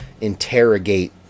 interrogate